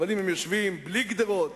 אבל אם הם יושבים בלי גדרות